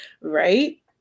right